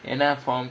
என்ன:enna form